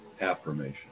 affirmation